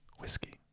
Whiskey